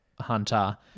hunter